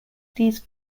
these